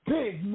Big